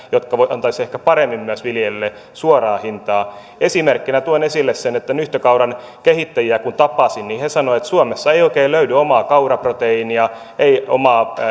jotka ehkä antaisivat paremmin myös viljelijöille suoraa hintaa esimerkkinä tuon esille sen että nyhtökauran kehittäjiä kun tapasin niin he sanoivat että suomessa ei oikein löydy omaa kauraproteiinia ei omaa